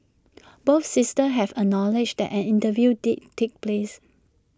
both sisters have acknowledged that an interview did take place